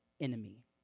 enemy